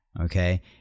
Okay